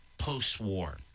post-war